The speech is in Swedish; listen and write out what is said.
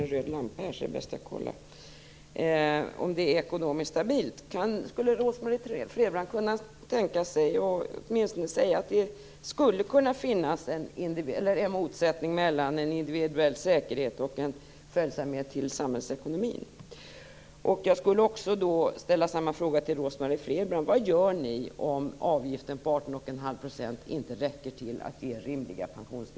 Kan Rose-Marie Frebran åtminstone tänka sig att säga att det skulle kunna finnas en motsättning mellan individuell säkerhet och en följsamhet till samhällsekonomin?